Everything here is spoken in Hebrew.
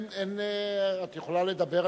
את יכולה לדבר,